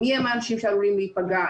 מיהם האנשים שעלולים להיפגע?